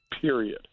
period